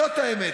זאת האמת.